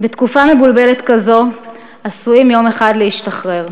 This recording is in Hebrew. בתקופה מבולבלת כזו עשויים יום אחד להשתחרר.